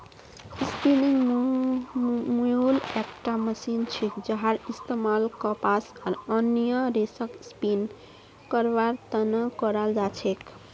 spinning mule एकटा machine छिके जहार इस्तमाल कपास आर अन्य रेशक स्पिन करवार त न कराल जा छेक